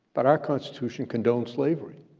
but our constitution condoned slavery,